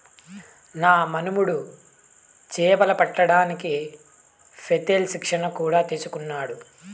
నా మనుమడు చేపలు పట్టడానికి పెత్తేల్ శిక్షణ కూడా తీసుకున్నాడు